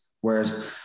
Whereas